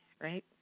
right